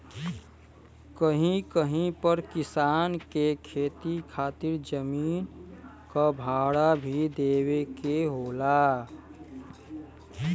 कहीं कहीं पर किसान के खेती खातिर जमीन क भाड़ा भी देवे के होला